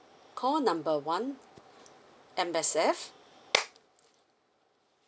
call number one M_S_F